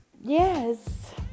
yes